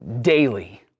daily